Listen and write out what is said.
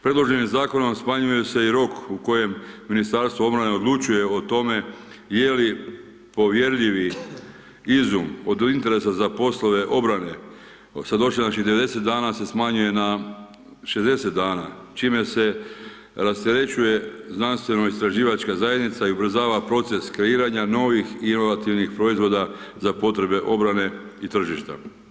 Predloženim zakonom smanjuje se i rok u kojem Ministarstvo obrane odlučuje o tome, je li povjerljivi izum od interesa za poslove obrane, … dana se smanjuje na 60 dana, čime se rasterećuje znanstveno istraživačka zajednica i ubrzava proces kreiranja, novih inovativnih proizvoda za potrebe obrane i tržišta.